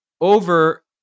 over